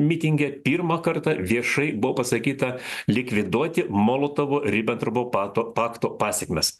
mitinge pirmą kartą viešai buvo pasakyta likviduoti molotovo ribentropo pakto pakto pasekmes